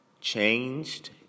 changed